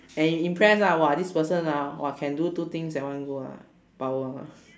and you impress ah !wah! this person ah !wah! can do two things at one go ah power ah